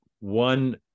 one